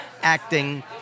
acting